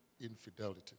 infidelity